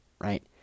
right